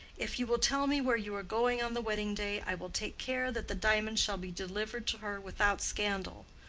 if you will tell me where you are going on the wedding-day i will take care that the diamonds shall be delivered to her without scandal.